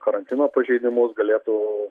karantino pažeidimus galėtų